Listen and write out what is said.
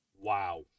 Wow